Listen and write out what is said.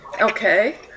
Okay